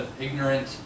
ignorant